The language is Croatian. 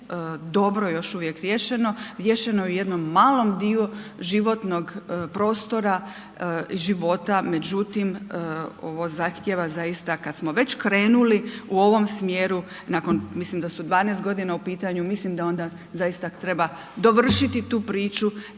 dobro još uvijek riješeno, riješeno je u jednom malom djelu životnog prostora života međutim ovo zahtjeva zaista kad smo već krenuli u ovom smjeru, nakon mislim da su 12 g. u pitanju, mislim da onda zaista treba dovršiti tu priču